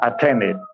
attended